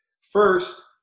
First